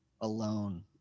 alone